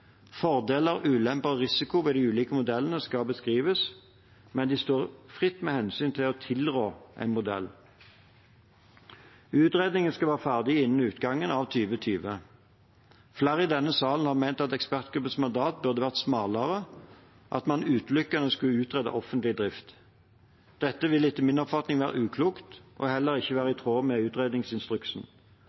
Fordeler, ulemper og risiko ved de ulike modellene skal beskrives, men de står fritt med hensyn til å tilrå en modell. Utredningen skal være ferdig innen utgangen av 2020. Flere i denne salen har ment at ekspertgruppens mandat burde være smalere, at man utelukkende skulle utrede offentlig drift. Dette vil etter min oppfatning være uklokt og heller ikke være i tråd med utredningsinstruksen.